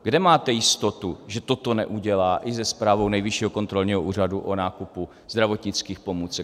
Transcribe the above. Kde máte jistotu, že toto neudělá i se zprávou Nejvyššího kontrolního úřadu o nákupu zdravotnických pomůcek?